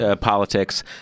politics